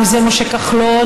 אם זה משה כחלון,